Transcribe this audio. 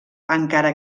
encara